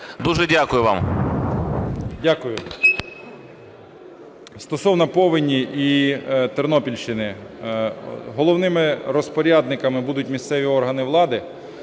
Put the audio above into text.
ШМИГАЛЬ Д.А. Дякую. Стосовно повені і Тернопільщини. Головними розпорядниками будуть місцеві органи влади.